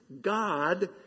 God